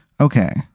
Okay